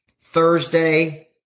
Thursday